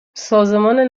سازمان